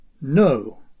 No